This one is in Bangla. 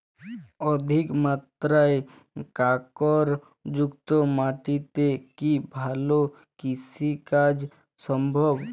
অধিকমাত্রায় কাঁকরযুক্ত মাটিতে কি ভালো কৃষিকাজ সম্ভব?